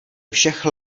všech